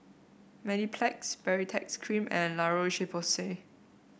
Mepilex Baritex Cream and La Roche Porsay